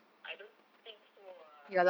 I don't think so ah